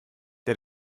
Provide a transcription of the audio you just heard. der